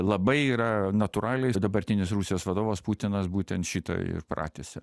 labai yra natūraliai dabartinis rusijos vadovas putinas būtent šitą ir pratęsia